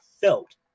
felt